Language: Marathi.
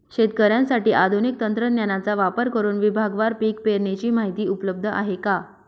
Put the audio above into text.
शेतकऱ्यांसाठी आधुनिक तंत्रज्ञानाचा वापर करुन विभागवार पीक पेरणीची माहिती उपलब्ध आहे का?